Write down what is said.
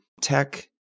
tech